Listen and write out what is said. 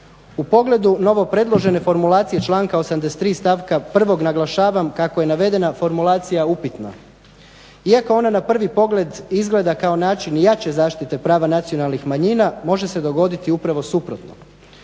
u pogledu novo predložene formulacije članka 83. stavka 1, naglašavam kako je navedena formulacija upitna. Iako ona na prvi pogled izgleda kao način jače zaštite prava nacionalnih manjina, može se dogoditi upravo suprotno.